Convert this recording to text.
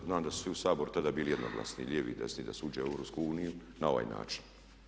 Znam da su svi u Saboru tada bili jednoglasni, i lijevi i desni, da se uđe u EU na ovaj način.